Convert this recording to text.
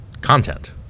content